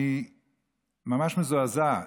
אני ממש מזועזע,